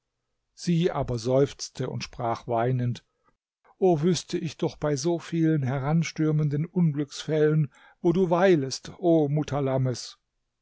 sie aber seufzte und sprach weinend o wüßte ich doch bei so vielen heranstürmenden unglücksfällen wo du weilest o